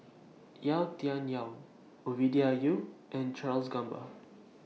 Yau Tian Yau Ovidia Yu and Charles Gamba